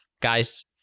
Guys